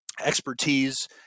expertise